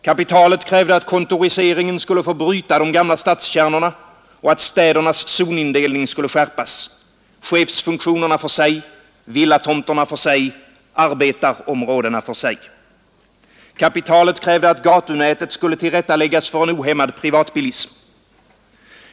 Kapitalet krävde att kontoriseringen skulle få bryta upp de gamla stadskärnorna och att städernas zonindelning skulle skärpas — chefsfunktionerna för sig, villatomterna för sig, arbetarområdena för sig. Kapitalet krävde att gatunätet skulle tillrättaläggas för en ohämmad privatbilism.